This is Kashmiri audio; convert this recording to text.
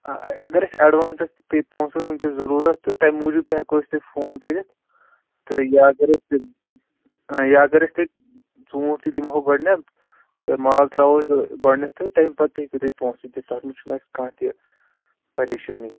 اگر اَسہِ ایٚڈوانس پیٚیہِ پوٗنٛسہٕ وُنکیٚس ضروٗرت تہٕ تمہِ موٗجوٗب تہِ ہیٚکو أسۍ تۄہہِ فون کٔرِتھ تہٕ یا اگر أسۍ یا اگر أسۍ تۅہہِ ژوٗنٛٹھ تہِ دِمہو گۄڈنیٚتھ تہٕ مال ترٛاوو گۄڈنیٚتھٕے تمہِ پتہٕ تہِ ہیٚکِو تُہۍ پوٗنٛسہٕ دِتھ تَتھ منٛز چھُنہٕ اَسہِ کانٛہہ تہِ پریشأنی